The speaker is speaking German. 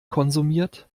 konsumiert